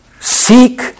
seek